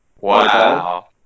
Wow